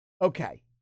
Okay